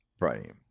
Right